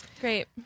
Great